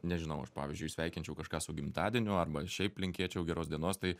nežinau aš pavyzdžiui sveikinčiau kažką su gimtadieniu arba šiaip linkėčiau geros dienos tai